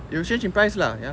it will change in price lah ya lah